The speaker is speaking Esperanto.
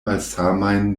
malsamajn